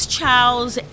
Charles